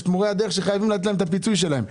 יש מורי הדרך שחייבים לתת להם הפיצוי שלהם.